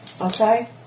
Okay